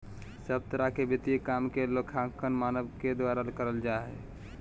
सब तरह के वित्तीय काम के लेखांकन मानक के द्वारा करल जा हय